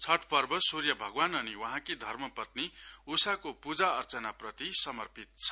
छठ पूजा सूर्य भगवान अनि वहाँकी धर्मपत्नी उषाको पूजा अर्चनाप्रति समापिर्त छ